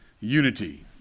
unity